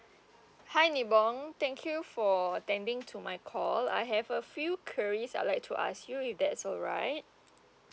hi nibong thank you for attending to my call I have a few queries I'd like to ask you if that's alright